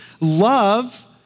love